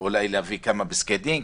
אולי להביא כמה פסקי דין,